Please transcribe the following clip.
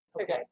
Okay